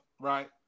Right